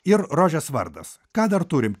ir rožės vardas ką dar turim